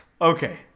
Okay